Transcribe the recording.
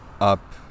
up